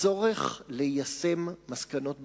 הצורך ליישם מסקנות ביניים,